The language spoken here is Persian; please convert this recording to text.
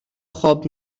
خواب